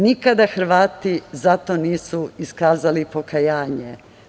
Nikada Hrvati za to nisu iskazali pokajanje.